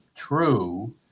True